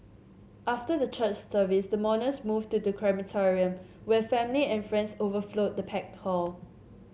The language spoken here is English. after the church service the mourners moved to the crematorium where family and friends overflowed the packed hall